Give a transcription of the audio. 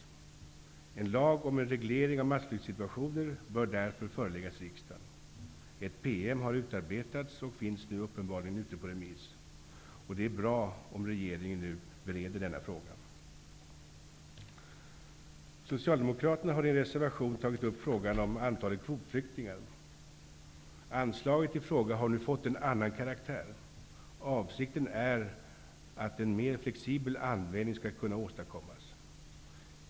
Ett förslag till en lag om en reglering av massflyktssituationer bör därför föreläggas riksdagen. Ett PM har utarbetats och är nu uppenbarligen ute på remiss. Det är bra att regeringen nu bereder denna fråga. Socialdemokraterna har i en reservation tagit upp frågan om antalet kvotflyktingar. Anslaget i fråga har nu fått en annan karaktär. Avsikten är att en mer flexibel användning skall kunna åstadkommas.